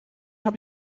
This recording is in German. habe